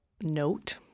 note